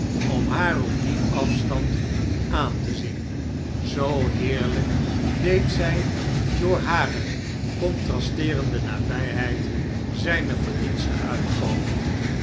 om haar op dien afstand aan te zien zoo heerlijk deed zij door hare contrasteerende nabijheid zijne verdiensten uitkomen